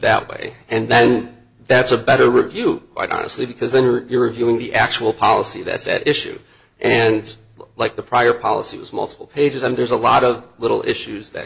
that way and then that's a better review i want to see because then you're reviewing the actual policy that's at issue and like the prior policy has multiple pages and there's a lot of little issues that